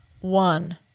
one